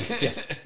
yes